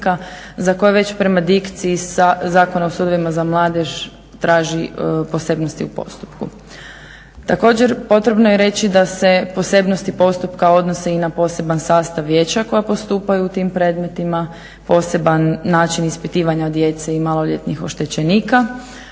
za koje već prema dikciji sa Zakonom o sudovima za mladež traži posebnosti u postupku. Također potrebno je reći da se posebnosti postupka odnose i na poseban sastava vijeća koja postupaju u tim predmetima, poseban način ispitivanja djece i maloljetnih oštećenika